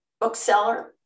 bookseller